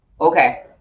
Okay